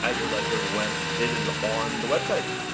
ah your leisure, once it is on the website.